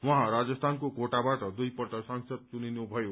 उहाँ राजस्थानको कोटाबाट दुइपल्ट सांसद चुनिनुभयो